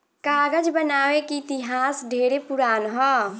कागज बनावे के इतिहास ढेरे पुरान ह